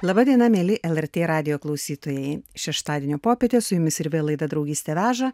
laba diena mieli lrt radijo klausytojai šeštadienio popietė su jumis ir vėl laida draugystė veža